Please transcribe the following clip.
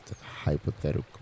hypothetical